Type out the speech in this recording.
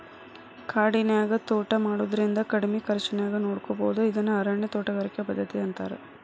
ಕಾಡಿನ್ಯಾಗ ತೋಟಾ ಮಾಡೋದ್ರಿಂದ ಕಡಿಮಿ ಖರ್ಚಾನ್ಯಾಗ ನೋಡ್ಕೋಬೋದು ಇದನ್ನ ಅರಣ್ಯ ತೋಟಗಾರಿಕೆ ಪದ್ಧತಿ ಅಂತಾರ